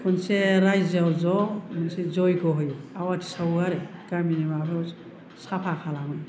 मोनसे रायजोआव ज' मोनसे जयग' होयो आवाथि सावो आरो गामिनि माबायाव साफा खालामो